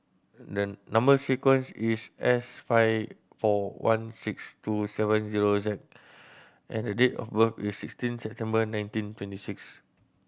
number sequence is S five four one six two seven zero Z and date of birth is sixteen September nineteen twenty six